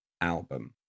album